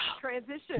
transition